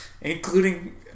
Including